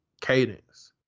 cadence